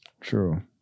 True